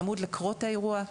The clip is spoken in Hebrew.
צמוד לקרות האירוע,